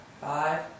five